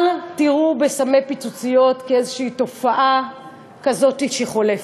אל תראו בסמי פיצוציות איזושהי תופעה שחולפת.